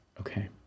Okay